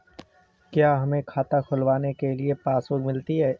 क्या हमें खाता खुलवाने के बाद पासबुक मिलती है?